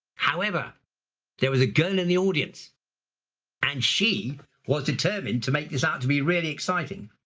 however there was a girl in the audience and she was determined to make this out to be really exciting,